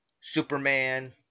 Superman